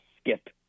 skip